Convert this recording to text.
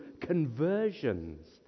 conversions